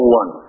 one